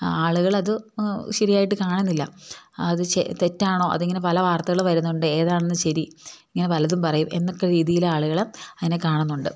ആളുകൾ അത് ശരിയായിട്ട് കാണുന്നില്ല അത് തെറ്റാണോ അത് ഇങ്ങനെ പല വാർത്തകൾ വരുന്നുണ്ട് ഏതാണെന്ന് ശരി ഇങ്ങനെ പലതും പറയും എന്നൊക്കെ രീതിയിൽ ആളുകൾ അതിനെ കാണുന്നുണ്ട്